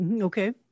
okay